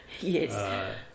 Yes